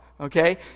okay